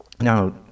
Now